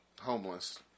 Homeless